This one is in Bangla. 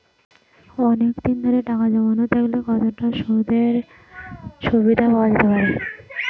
অনেকদিন ধরে টাকা জমানো থাকলে কতটা সুদের সুবিধে পাওয়া যেতে পারে?